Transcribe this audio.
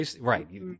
Right